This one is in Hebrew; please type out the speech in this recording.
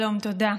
שלום, תודה.